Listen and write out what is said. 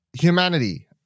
Humanity